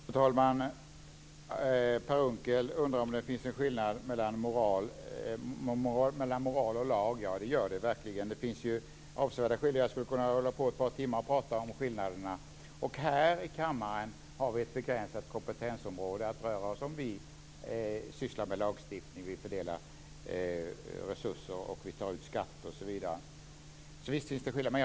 Fru talman! Per Unckel undrade om det finns en skillnad mellan moral och lag. Ja, det gör det verkligen. Det finns ju avsevärda skillnader. Jag skulle kunna hålla på att prata om dem i timmar. Här i kammaren har vi ett begränsat kompetensområde att röra oss inom. Vi sysslar med lagstiftning, fördelar resurser, beslutar om skatter osv. Så visst finns det skillnader.